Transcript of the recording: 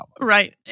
Right